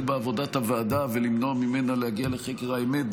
בעבודת הוועדה ולמנוע ממנה להגיע לחקר האמת,